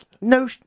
no